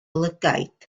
lygaid